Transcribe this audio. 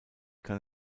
kann